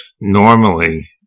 normally